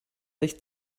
sich